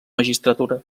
magistratura